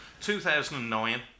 2009